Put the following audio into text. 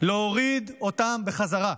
להוריד אותם בחזרה.